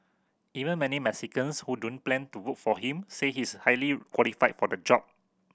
even many Mexicans who don't plan to vote for him say he is highly qualified for the job